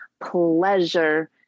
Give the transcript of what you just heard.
pleasure